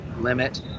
limit